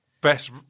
best